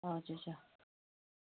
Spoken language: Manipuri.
ꯑꯣ ꯑꯠꯆ ꯆꯥ